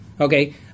okay